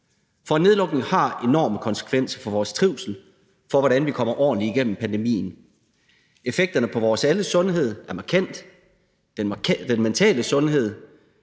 For nedlukningen har enorme konsekvenser for vores trivsel – for, hvordan vi kommer ordentligt igennem pandemien. Effekterne på alles sundhed er markante – den mentale sundhed,